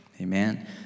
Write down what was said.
Amen